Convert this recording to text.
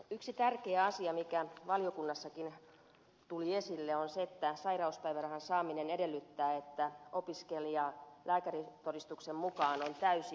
yksi tärkeä asia mikä valiokunnassakin tuli esille on se että sairauspäivärahan saaminen edellyttää että opiskelija lääkärintodistuksen mukaan on täysin työkyvytön